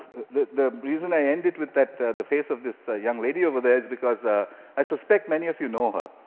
the the reason i ended with the face of this ah young lady over there is because ah i suspect many of you know her.